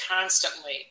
constantly